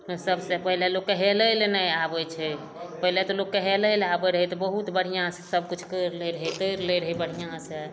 तऽ सबसे पहिले लोकके हेलै लए नहि आबै छै पहिले तऽ लोकके हेलै लए आबै रहै तऽ बहुत बढ़िऑं सऽ सब किछु कैर लै रहै कैर लै रहै बढ़िऑं सऽ